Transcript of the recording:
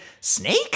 snake